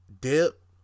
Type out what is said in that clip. Dip